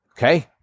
Okay